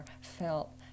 felt